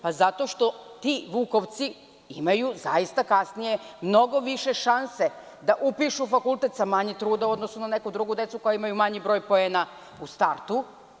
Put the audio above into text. Pa, zato što ti vukovci imaju zaista kasnije mnogo više šanse da upišu fakultet sa manje truda u odnosu na neku drugu decu koja imaju manji broj poena u startu.